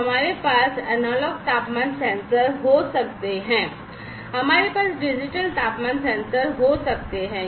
तो हमारे पास एनालॉग तापमान सेंसर हो सकते हैं हमारे पास डिजिटल तापमान सेंसर हो सकते हैं